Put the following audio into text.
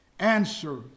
Answer